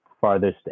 farthest